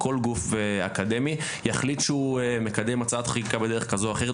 או כל גוף אקדמי יחליט שהוא מקדם הצעת חקיקה בדרך כזו או אחרת,